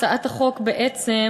הצעת החוק בעצם,